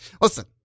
Listen